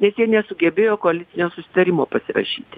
nes jie nesugebėjo koalicinio susitarimo pasirašyti